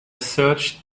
searched